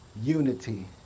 unity